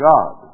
God